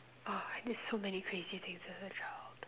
oh I did so many crazy things as a child